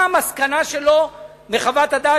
מה המסקנה שלו בחוות הדעת,